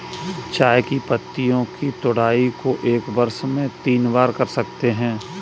चाय की पत्तियों की तुड़ाई को एक वर्ष में तीन बार कर सकते है